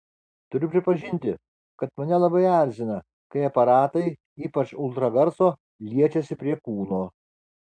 turiu pripažinti kad mane labai erzina kai aparatai ypač ultragarso liečiasi prie kūno